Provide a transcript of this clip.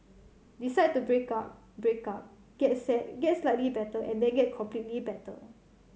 decide to break up break up get sad get slightly better and then get completely better